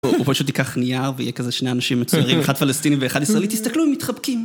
הוא פשוט ייקח נייר ויהיה כזה שני אנשים מצוירים, אחד פלסטיני ואחד ישראלי. תסתכלו, הם מתחבקים.